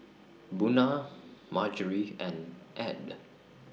Buna Margery and Add